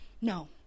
no